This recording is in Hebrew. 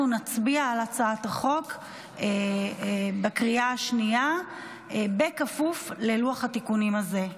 אנחנו נצביע על הצעת החוק בקריאה השנייה בכפוף ללוח התיקונים הזה,